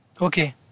Okay